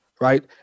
right